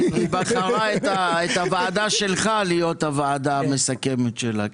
היא בחרה את הוועדה שלך להיות הוועדה המסכמת שלה.